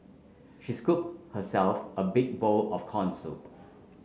she scooped herself a big bowl of corn soup